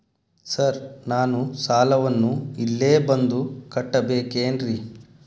Sir ನಾನು ಸಾಲವನ್ನು ಇಲ್ಲೇ ಬಂದು ಕಟ್ಟಬೇಕೇನ್ರಿ?